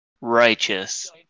Righteous